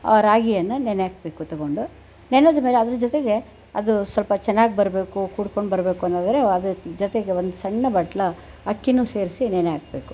ಆ ರಾಗಿಯನ್ನು ನೆನೆಹಾಕ್ಬೇಕು ತಗೊಂಡು ನೆನೆದಮೇಲೆ ಅದರ ಜೊತೆಗೆ ಅದು ಸ್ವಲ್ಪ ಚೆನ್ನಾಗಿ ಬರಬೇಕು ಕೂಡಿಕೊಂಡು ಬರಬೇಕು ಅನ್ನೋದಾದರೆ ಅದರ ಜೊತೆಗೆ ಒಂದು ಸಣ್ಣ ಬಟ್ಟಲ ಅಕ್ಕಿನೂ ಸೇರಿಸಿ ನೆನೆಹಾಕ್ಬೇಕು